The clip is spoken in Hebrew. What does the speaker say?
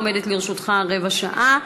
עומדת לרשותך רבע שעה.